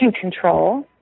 control